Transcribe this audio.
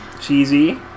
Cheesy